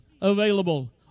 available